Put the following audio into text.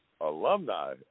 alumni